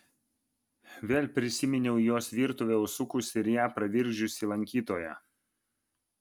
vėl prisiminiau į jos virtuvę užsukusį ir ją pravirkdžiusį lankytoją